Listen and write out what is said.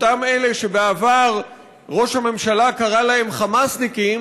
אלה שבעבר ראש הממשלה קרא להם "חמאסניקים",